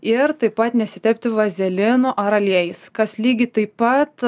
ir taip pat nesitepti vazelinu ar aliejais kas lygiai taip pat